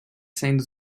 sendo